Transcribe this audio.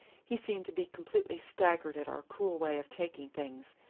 he seemed to be completely staggered at our cool way of taking things,